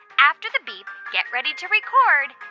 after the beep, get ready to record